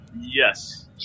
Yes